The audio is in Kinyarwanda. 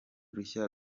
rushya